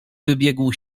wybiegł